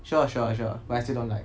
sure sure sure but I still don't like